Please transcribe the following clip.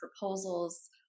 proposals